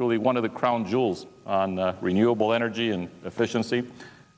truly one of the crown jewels on renewable energy and efficiency